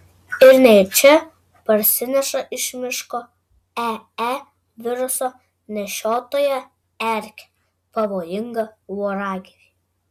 ir nejučia parsineša iš miško ee viruso nešiotoją erkę pavojingą voragyvį